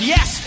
Yes